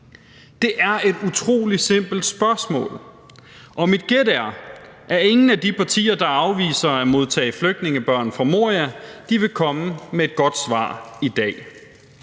Det er et utrolig simpelt spørgsmål, og mit gæt er, at ingen af de partier, der afviser at modtage flygtningebørn fra Moria, vil komme med et godt svar i dag.